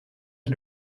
een